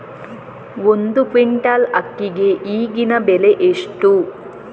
ಒಂದು ಕ್ವಿಂಟಾಲ್ ಅಕ್ಕಿಗೆ ಈಗಿನ ಬೆಲೆ ಎಷ್ಟು?